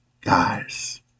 guys